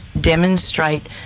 demonstrate